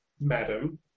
madam